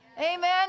amen